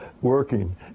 working